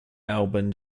albin